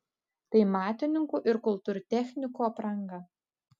tai matininkų ir kultūrtechnikų apranga